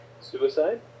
Suicide